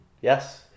Yes